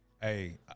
Hey